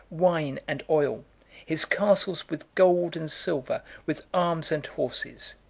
wine, and oil his castles with gold and silver, with arms and horses.